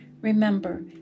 Remember